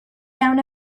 down